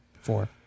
Four